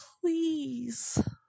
please